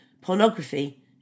pornography